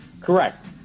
Correct